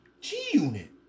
G-Unit